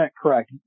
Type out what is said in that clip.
correct